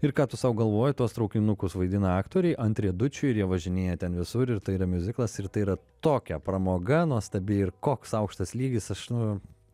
ir ką tu sau galvoji tuos traukinukus vaidina aktoriai ant riedučių ir jie važinėja ten visur ir tai yra miuziklas ir tai yra tokia pramoga nuostabi ir koks aukštas lygis aš nu